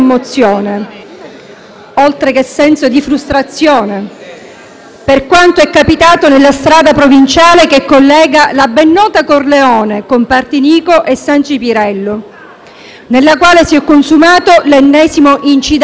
per quanto capitato nella strada provinciale che collega la ben nota Corleone con Partinico e San Cipirello, nella quale si è consumato l'ennesimo incidente automobilistico. Questa volta